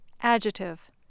Adjective